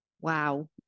wow